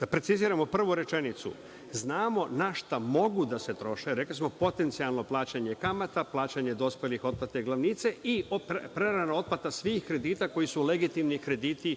da preciziramo prvu rečenicu – znamo na šta mogu da se troše, rekli smo potencijalno plaćanje kamata, plaćanje dospelih otplata glavnice i prerana otplata svih kredita koji su legitimni krediti